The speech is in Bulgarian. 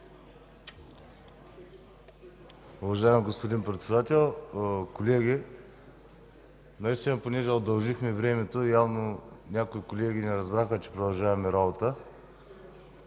Уважаеми господин Председател, колеги. Понеже удължихме времето и някои колеги не разбраха, че продължаваме работа,